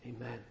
Amen